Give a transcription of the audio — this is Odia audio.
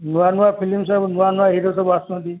ନୂଆ ନୂଆ ଫିଲ୍ମ ସବୁ ନୂଆ ନୂଆ ହିରୋ ସବୁ ଆସୁଛନ୍ତି